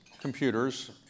computers